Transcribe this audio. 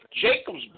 Jacob's